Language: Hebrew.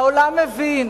והעולם מבין,